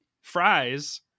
fries